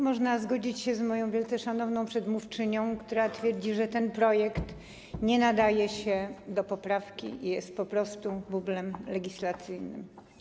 Można zgodzić się z moją wielce szanowną przedmówczynią, która twierdzi, że ten projekt nie nadaje się do poprawki i jest po prostu bublem legislacyjnym.